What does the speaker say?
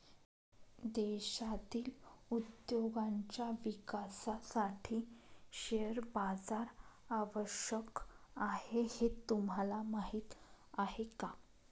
देशातील उद्योगांच्या विकासासाठी शेअर बाजार आवश्यक आहे हे तुम्हाला माहीत आहे का?